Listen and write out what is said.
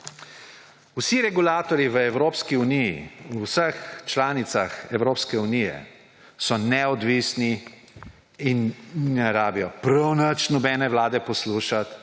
Vsi regulatorji v Evropski uniji, v vseh članicah Evropske unije so neodvisni in ne rabijo prav nič nobene vlade poslušati,